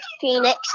Phoenix